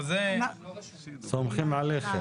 סומכים עליכם.